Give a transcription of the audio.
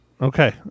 Okay